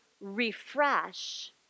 refresh